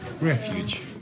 Refuge